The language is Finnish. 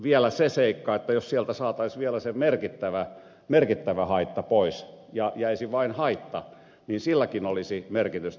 vielä se seikka että jos sieltä saataisiin se merkittävä haitta pois ja jäisi vain haitta niin silläkin olisi merkitystä